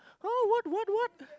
!huh! what what what